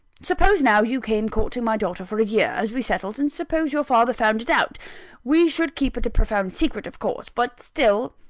suppose now, you came courting my daughter for a year, as we settled and suppose your father found it out we should keep it a profound secret of course but still,